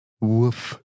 Woof